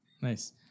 Nice